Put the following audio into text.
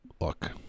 Look